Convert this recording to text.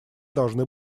должны